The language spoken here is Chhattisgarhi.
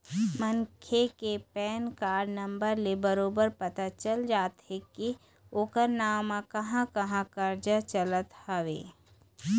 मनखे के पैन कारड नंबर ले बरोबर पता चल जाथे के ओखर नांव म कहाँ कहाँ करजा चलत हवय